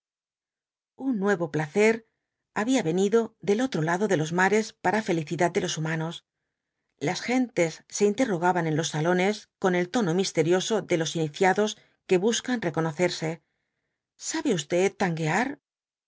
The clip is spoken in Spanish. un nuevo placer había venido del otro lado de los mares para felicidad de los humanos las gentes se interrogaban en los salones con el tono misterioso de los iniciados que buscan reconocerse sabe usted tanguear